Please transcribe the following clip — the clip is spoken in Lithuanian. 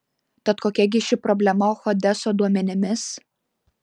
tad kokia gi ši problema hodeso duomenimis